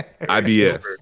IBS